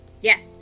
Yes